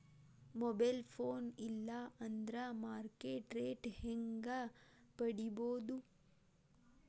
Mobile phone ಇಲ್ಲಾ ಅಂದ್ರ market rate ಹೆಂಗ್ ಪಡಿಬೋದು?